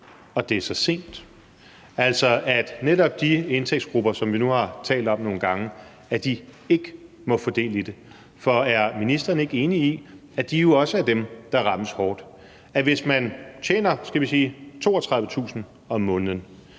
at det er så sent, altså, at netop de indtægtsgrupper, som vi nu har talt om nogle gange, ikke må få del i det. For er ministeren ikke enig i, at de jo også er dem, der rammes hårdt; at hvis man tjener, skal vi sige